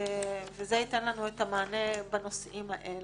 וזה ייתן לנו את המענה בנושאים האלה.